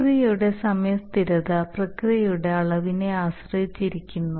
പ്രക്രിയയുടെ സമയ സ്ഥിരത പ്രക്രിയയുടെ അളവിനെ ആശ്രയിച്ചിരിക്കുന്നു